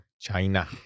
China